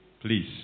please